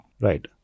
Right